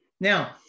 Now